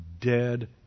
dead